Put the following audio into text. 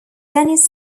dennis